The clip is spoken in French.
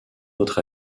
notre